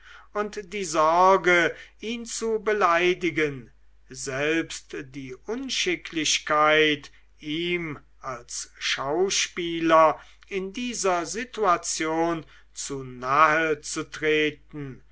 und die sorge ihn zu beleidigen selbst die unschicklichkeit ihm als schauspieler in dieser situation zu nahe zu treten